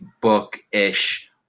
book-ish